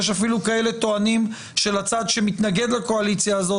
יש אפילו כאלה טוענים שלצד שמתנגד לקואליציה הזאת,